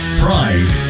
pride